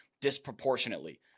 disproportionately